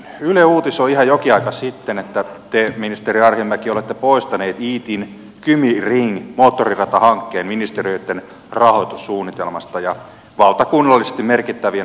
yle uutisoi ihan jokin aika sitten että te ministeri arhinmäki olette poistanut iitin kymi ring moottoriratahankkeen ministeriöitten rahoitussuunnitelmasta ja valtakunnallisesti merkittävien hankkeiden listalta